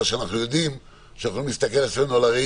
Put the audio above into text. אבל כשאנחנו יכולים להסתכל על עצמנו במראה